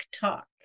Talk